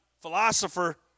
philosopher